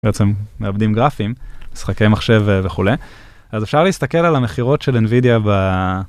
בעצם מעבדים גרפיים, משחקי מחשב וכו', אז אפשר להסתכל על המכירות של NVIDIA ב...